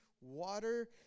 water